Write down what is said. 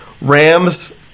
Rams